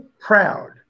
proud